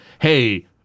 hey